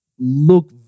look